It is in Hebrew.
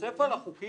מצפצף על החוקים?